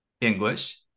English